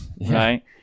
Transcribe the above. right